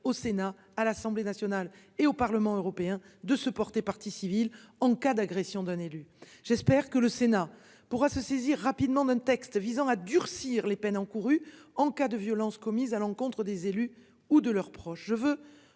au Sénat à l'Assemblée nationale et au Parlement européen de se porter partie civile en cas d'agression d'un élu. J'espère que le Sénat pourra se saisir rapidement d'un texte visant à durcir les peines encourues en cas de violences commises à l'encontre des élus ou de leurs proches.